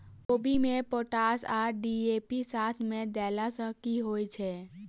कोबी मे पोटाश आ डी.ए.पी साथ मे देला सऽ की होइ छै?